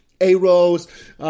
A-Rose